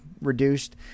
reduced